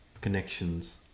connections